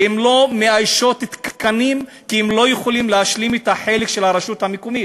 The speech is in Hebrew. שלא מאיישות תקנים כי הן לא יכולות להשלים את החלק של הרשות המקומית.